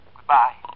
Goodbye